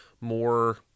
more